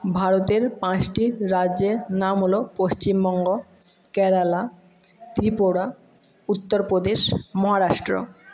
ভারতের পাঁচটি রাজ্যের নাম হল পশ্চিমবঙ্গ কেরালা ত্রিপুরা উত্তরপ্রদেশ মহারাষ্ট্র